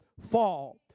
fall